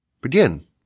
begin